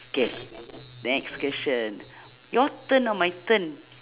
k next question your turn or my turn